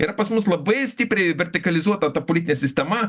yra pas mus labai stipriai vertikalizuota ta politinė sistema